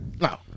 no